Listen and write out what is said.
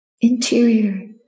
interior